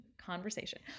conversation